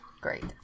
Great